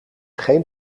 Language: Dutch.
geen